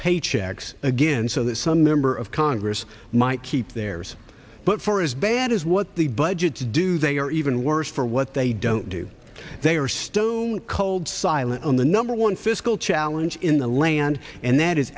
paychecks again so that some member of congress might keep theirs but for as bad as what the budgets do they are even worse for what they don't do they are stone cold silent on the number one fiscal challenge in the land and that is